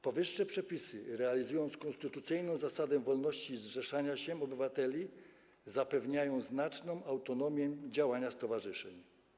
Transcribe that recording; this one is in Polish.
Powyższe przepisy realizują konstytucyjną zasadę wolności zrzeszania się obywateli i zapewniają znaczną autonomię działania stowarzyszeń.